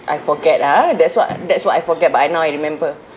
I forget ah that's what that's what I forget but now I remember